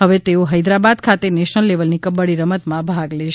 હવે તેઓ હૈદરાબાદ ખાતે નેશનલ લેવલની કબડ્ડી રમતમાં ભાગ લેશે